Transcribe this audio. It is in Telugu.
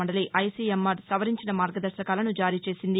మండలి ఐసీఎంఆర్ సవరించిన మార్గదర్శకాలను జారీ చేసింది